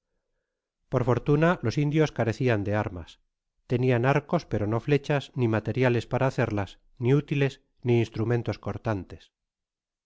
por fortuna los indios carecian de armas tenian arcos pero no flechas ni materiales para hacerlas ni útiles ni instrumentos corlantes